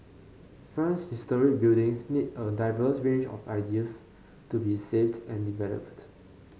France's historic buildings need a diverse range of ideas to be saved and developed